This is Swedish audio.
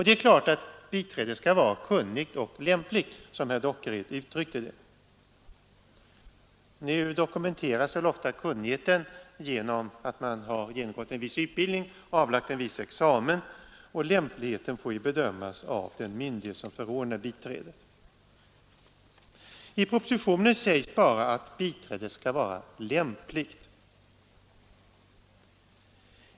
Det är klart att sådant biträde skall vara en kunnig och lämplig person, som herr Dockered uttryckte saken, men ofta dokumenteras väl kunnigheten genom att man har genomgått en viss utbildning och avlagt en viss examen, och lämpligheten får bedömas av den myndighet som förordnar biträdet. I propositionen sägs bara att biträdet skall vara lämpligt.